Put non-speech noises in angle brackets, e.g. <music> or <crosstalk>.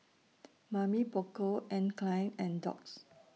<noise> Mamy Poko Anne Klein and Doux